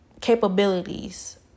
capabilities